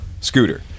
scooter